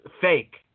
fake